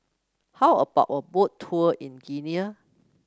how about a Boat Tour in Guinea